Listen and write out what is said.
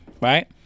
Right